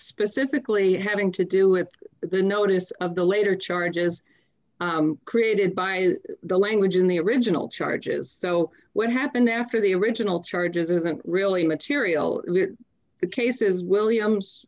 specifically having to do with the notice of the later charges created by the language in the original charges so what happened after the original charges isn't really material the case is williams